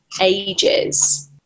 ages